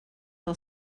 del